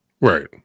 Right